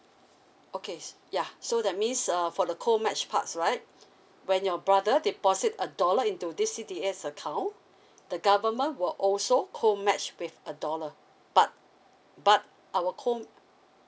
okay ya so that means uh for the co match parts right when your brother deposit a dollar into this C_D_A account the government will also co match with a dollar but but our co~